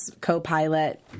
co-pilot